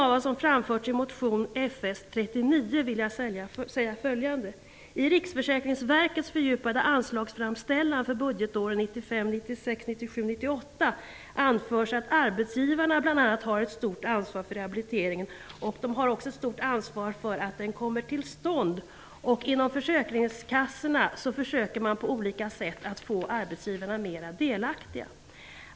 vill jag säga följande: 1997/98 anförs att arbetsgivarna bl.a. har ett stort ansvar för rehabiliteringen. De har också ett stort ansvar för att den kommer till stånd. Inom försäkringskassorna försöker man på olika sätt att få arbetsgivarna mer delaktiga.